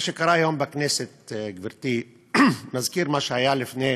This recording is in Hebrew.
מה שקרה היום בכנסת, גברתי, מזכיר מה שהיה לפני